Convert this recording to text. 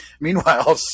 Meanwhile